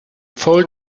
fold